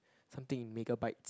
something in mega bytes